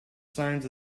signs